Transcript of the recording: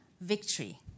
victory